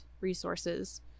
resources